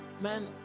Man